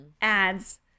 ads